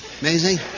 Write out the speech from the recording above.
amazing